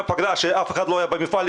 כאשר אף אחד לא היה במפעל,